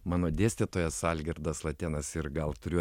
mano dėstytojas algirdas latėnas ir gal turiu